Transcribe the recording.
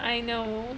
I know